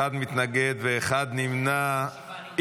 אחד מתנגד ואחד נמנע,